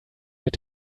mit